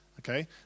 okay